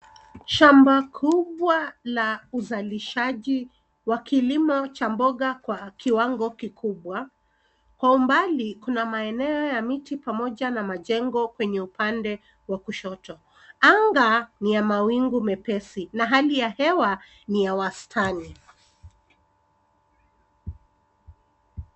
Shamba kubwa la uzalishaji wa kilimo cha mboga kwa kiwango kikubwa. Kwa umbali, kuna maeneo ya miti pamoja na majengo kwenye upande wa kushoto. Anga ni ya mawingu mepesi na hali ya hewa ni ya wastani.